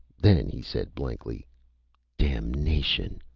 then he said blankly damnation!